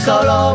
Solo